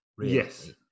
Yes